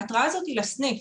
ההתראה הזאת היא לסניף,